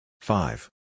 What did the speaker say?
five